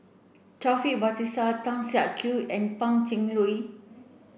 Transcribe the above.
Taufik Batisah Tan Siak Kew and Pan Cheng Lui